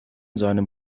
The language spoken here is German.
seinem